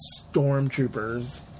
stormtroopers